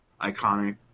iconic